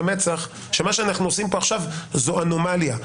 המצח שמה שאנחנו עושים עכשיו זו אנומליה.